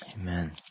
Amen